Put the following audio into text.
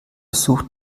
sucht